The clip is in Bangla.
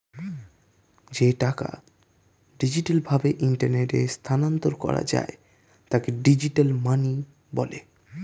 যে টাকা ডিজিটাল ভাবে ইন্টারনেটে স্থানান্তর করা যায় তাকে ডিজিটাল মানি বলে